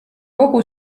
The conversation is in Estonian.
kogu